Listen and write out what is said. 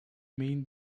mean